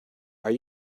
are